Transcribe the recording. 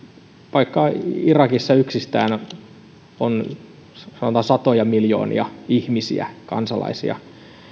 vaikka irakissa yksistään on sanotaan satoja miljoonia ihmisiä kansalaisia